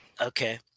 Okay